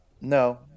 No